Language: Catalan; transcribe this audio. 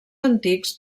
antics